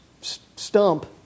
stump